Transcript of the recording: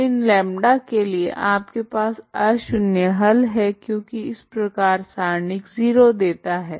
तो इन λ के लिए आपके पास अशून्य हल है क्योकि इस प्रकार सारणिक 0 देता है